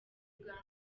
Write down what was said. uganda